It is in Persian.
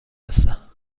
هستم